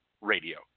Radio